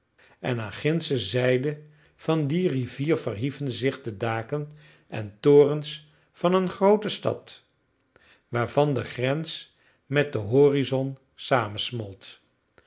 en aan gindsche zijde van die rivier verhieven zich de daken en torens van een groote stad waarvan de grens met den horizon